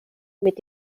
mit